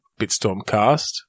Bitstormcast